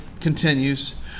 continues